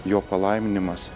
jo palaiminimas